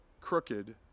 crooked